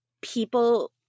people